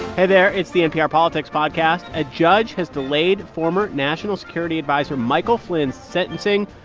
hey there. it's the npr politics podcast. a judge has delayed former national security adviser michael flynn's sentencing,